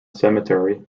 cemetery